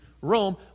Rome